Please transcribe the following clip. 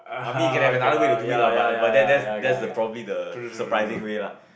I mean you can have another way to do it lah but but that's that's that's the probably the surprising way lah